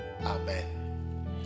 Amen